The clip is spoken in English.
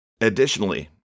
Additionally